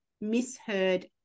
misheard